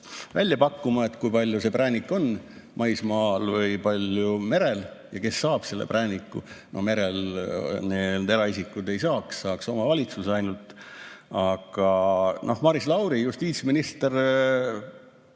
välja pakkuma, kui palju see präänik on maismaal või kui palju merel ja kes selle prääniku saab. No mere[pargi eest] eraisikud ei saaks, saaks omavalitsus ainult. Aga Maris Lauri, justiitsminister,